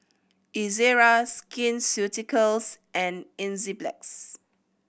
Ezerra Skin Ceuticals and Enzyplex